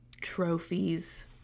Trophies